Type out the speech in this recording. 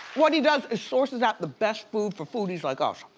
what he does is sources out the best food for foodies like us.